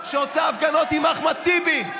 שעושה הפגנות עם אחמד טיבי.